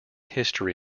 history